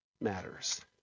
matters